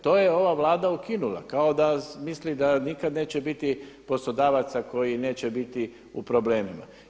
To je ova Vlada ukinula kao da misli da nikad neće biti poslodavaca koji neće biti u problemima.